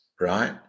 right